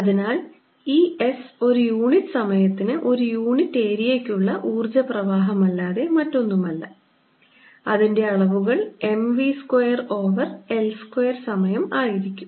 അതിനാൽ ഈ S ഒരു യൂണിറ്റ് സമയത്തിന് ഒരു യൂണിറ്റ് ഏരിയയ്ക്ക് ഉള്ള ഊർജ്ജപ്രവാഹം അല്ലാതെ മറ്റൊന്നുമല്ല അതിൻറെ അളവുകൾ M v square over L square സമയം ആയിരിക്കും